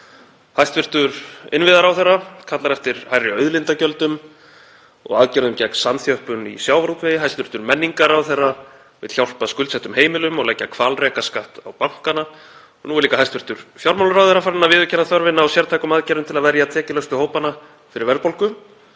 Hæstv. innviðaráðherra kallar eftir hærri auðlindagjöldum og aðgerðum gegn samþjöppun í sjávarútvegi. Hæstv. menningarráðherra vill hjálpa skuldsettum heimilum og leggja hvalrekaskatt á bankanna. Nú er hæstv. fjármálaráðherra líka farinn að viðurkenna þörfina á sértækum aðgerðum til að verja tekjulægstu hópana fyrir verðbólgu.